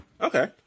Okay